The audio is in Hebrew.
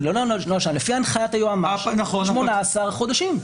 לפי הנחיית היועמ"ש 18 חודשים.